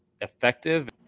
effective